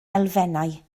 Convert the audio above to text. elfennau